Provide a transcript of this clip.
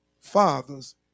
fathers